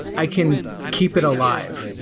i can keep it alive,